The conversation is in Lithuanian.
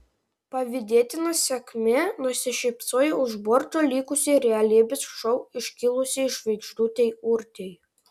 pavydėtina sėkmė nusišypsojo už borto likusiai realybės šou iškilusiai žvaigždutei urtei